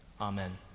Amen